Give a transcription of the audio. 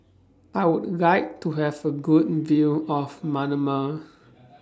I Would like to Have A Good View of Manama